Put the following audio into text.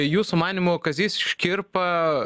jūsų manymu kazys škirpa